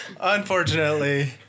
Unfortunately